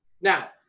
Now